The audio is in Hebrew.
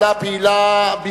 תודה רבה.